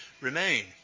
remain